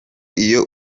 iyo